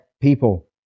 people